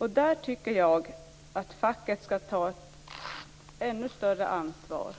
I det sammanhanget menar jag att facket skall ta ett ännu större ansvar